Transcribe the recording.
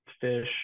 fish